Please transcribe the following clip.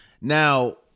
Now